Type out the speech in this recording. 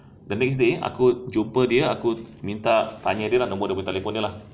the next day aku jumpa dia ah aku minta tanya dia lah nombor telefon dia lah eh